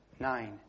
Nine